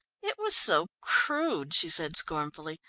it was so crude, she said scornfully,